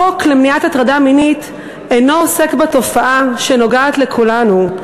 החוק למניעת הטרדה מינית אינו עוסק בתופעה שנוגעת לכולנו,